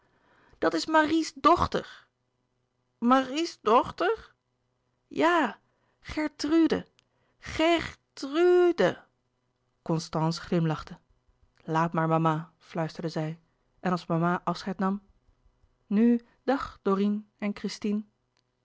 dat is marie's dochter marie's dochter ja gertrude gèr tru u de constance glimlachte laat maar mama fluisterde zij en als mama afscheid nam nu dag dorine en christine